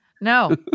No